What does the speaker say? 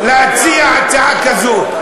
אדוני היושב-ראש, שלוש דקות, להציע הצעה כזאת.